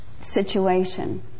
situation